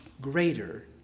greater